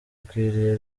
akwiriye